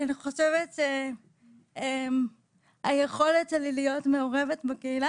ואני חושבת שהיכולת שלי להיות מעורבת בקהילה